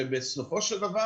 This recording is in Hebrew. שבסופו של דבר,